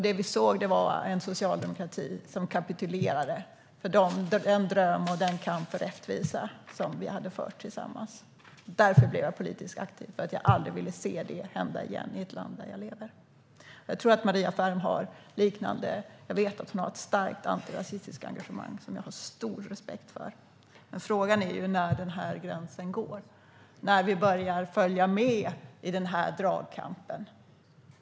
Det vi såg var en socialdemokrati som kapitulerade, bort från den dröm och den kamp för rättvisa som vi hade fört tillsammans. Därför blev jag politiskt aktiv: Jag ville aldrig se det hända igen i ett land där jag lever. Jag vet att Maria Ferm har ett starkt antirasistiskt engagemang som jag har stor respekt för, men frågan är var gränsen går, när vi börjar följa med i den här dragkampen.